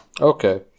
Okay